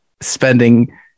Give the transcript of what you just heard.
spending